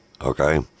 Okay